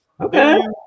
okay